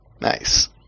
Nice